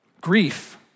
Grief